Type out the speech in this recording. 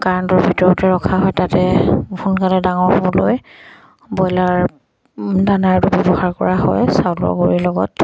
কাৰেণ্টৰ ভিতৰতে ৰখা হয় তাতে সোনকালে ডাঙৰ হ'বলৈ ব্ৰইলাৰ দানাৰটো ব্যৱহাৰ কৰা হয় চাউলৰ গুড়িৰ লগত